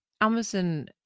Amazon